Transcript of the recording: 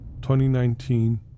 2019